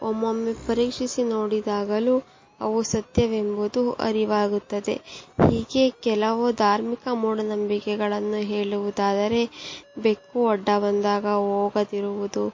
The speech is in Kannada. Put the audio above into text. ಒಮ್ಮೊಮ್ಮೆ ಪರೀಕ್ಷಿಸಿ ನೋಡಿದಾಗಲೂ ಅವು ಸತ್ಯವೆಂಬುದು ಅರಿವಾಗುತ್ತದೆ ಹೀಗೆ ಕೆಲವು ಧಾರ್ಮಿಕ ಮೂಢನಂಬಿಕೆಗಳನ್ನು ಹೇಳುವುದಾದರೆ ಬೆಕ್ಕು ಅಡ್ಡ ಬಂದಾಗ ಹೋಗದಿರುವುದು